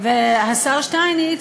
השר שטייניץ,